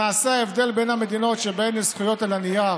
למעשה ההבדל בין המדינות שבהן יש זכויות על הנייר